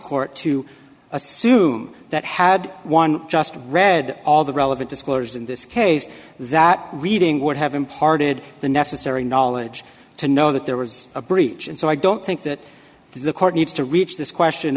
court to assume that had one just read all the relevant disclosures in this case that reading would have imparted the necessary knowledge to know that there was a breach and so i don't think that the court needs to reach this question